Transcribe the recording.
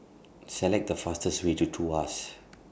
Select The fastest Way to Tuas